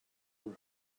her